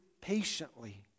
patiently